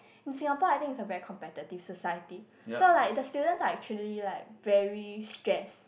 in Singapore I think is a very competitive society so like the students are actually like very stress